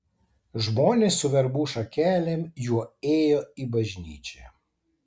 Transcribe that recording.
žmonės su verbų šakelėm juo ėjo į bažnyčią